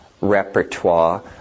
repertoire